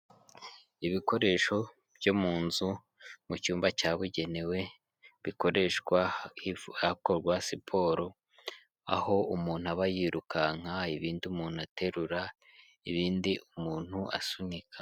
Ibikoresho byo mu nzu mu cyumba cyabugenewe bikoreshwa hakorwa siporo, aho umuntu aba yirukanka, ibindi umuntu aterura ibindi umuntu asunika.